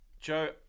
Joe